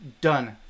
done